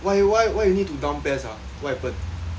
why why why you need to down PES ah what happened